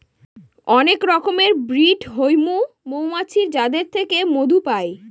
অনেক রকমের ব্রিড হৈমু মৌমাছির যাদের থেকে মধু পাই